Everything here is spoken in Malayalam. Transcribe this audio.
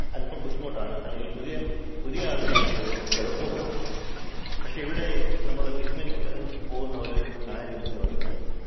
അല്പ്പം ബുദ്ധിമുട്ടാണ് അല്ലെങ്കില് പുതിയ പുതിയ ആള്ക്കാര്ക്ക് ഇത് എളുപ്പവുമാണ് പക്ഷെ ഇവിടെ നമ്മൾ വിസ്മരിക്കാന് പോകുന്ന ഒരു കാര്യം എന്ന് പറയുന്നത്